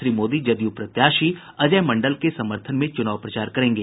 श्री मोदी जदयू प्रत्याशी अजय मंडल के समर्थन में चुनाव प्रचार करेंगे